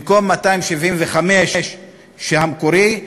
במקום 275 המקורי,